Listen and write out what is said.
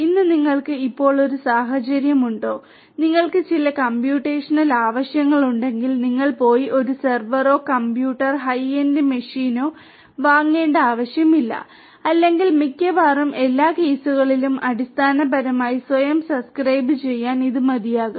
ഇന്ന് നിങ്ങൾക്ക് ഇപ്പോൾ ഒരു സാഹചര്യമുണ്ടോ നിങ്ങൾക്ക് ചില കമ്പ്യൂട്ടേഷണൽ ആവശ്യങ്ങൾ ഉണ്ടെങ്കിൽ നിങ്ങൾ പോയി ഒരു സെർവറോ കമ്പ്യൂട്ടറോ ഹൈ എൻഡ് മെഷീനോ വാങ്ങേണ്ട ആവശ്യമില്ല അല്ലെങ്കിൽ മിക്കവാറും എല്ലാ കേസുകളിലും അടിസ്ഥാനപരമായി സ്വയം സബ്സ്ക്രൈബുചെയ്യാൻ ഇത് മതിയാകും